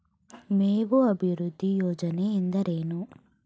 ಮೇವು ಅಭಿವೃದ್ಧಿ ಯೋಜನೆ ಎಂದರೇನು?